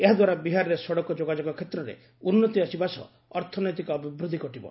ଏହା ଦ୍ୱାରା ବିହାରରେ ସଡ଼କ ଯୋଗାଯୋଗ କ୍ଷେତ୍ରରେ ଉନ୍ତି ଆସିବା ସହ ଅର୍ଥନୈତିକ ଅଭିବୃଦ୍ଧି ଘଟିବ